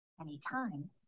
anytime